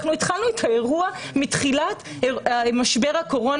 אנחנו התחלנו את האירוע מתחילת משבר הקורונה,